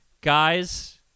Guys